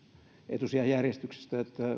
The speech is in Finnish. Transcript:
etusijajärjestyksen ongelmat että